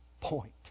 point